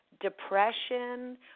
Depression